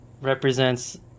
represents